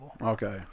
Okay